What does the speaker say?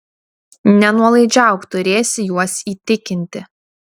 nenuolaidžiauk turėsi juos įtikinti